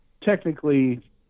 technically